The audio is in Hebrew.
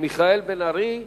מיכאל בן-ארי,